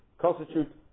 constitute